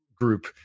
group